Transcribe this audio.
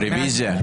רוויזיה.